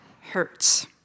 hurts